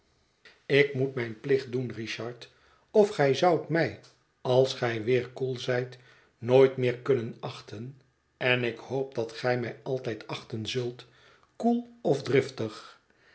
ik moet mijn plicht doen richard of gij zoudt mij als gij weer koel zijt nooit meer kunnen achten en ik hoop dat gij mij altijd achten zult koel of driftig